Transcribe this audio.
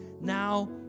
now